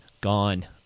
gone